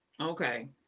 Okay